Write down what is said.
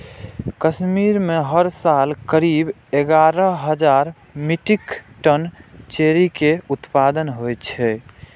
कश्मीर मे हर साल करीब एगारह हजार मीट्रिक टन चेरी के उत्पादन होइ छै